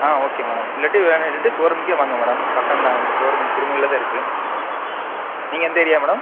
ஆ okay madam இல்லாட்டி ஷோரூமுக்கே வாங்க madam பக்கம்தான் எங்கள் ஷோரூம் இங்கே சிறுமுகையில் தான் இருக்கு நீங்கள் எந்த ஏரியா மேடம்